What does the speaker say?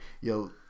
yo